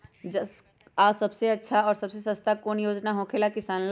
आ सबसे अच्छा और सबसे सस्ता कौन योजना होखेला किसान ला?